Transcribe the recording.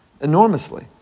enormously